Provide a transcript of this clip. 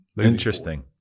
Interesting